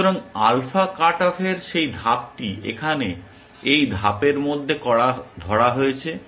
অর্থাৎ alpha cut অফের সেই ধাপটি এখানে এই ধাপের মাধ্যমে ধরা হয়েছে